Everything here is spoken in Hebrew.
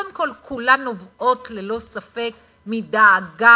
קודם כול כולן נובעות ללא ספק מדאגה,